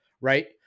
Right